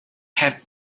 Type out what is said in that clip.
have